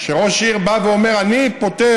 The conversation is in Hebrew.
כשראש עיר בא ואומר: אני פותר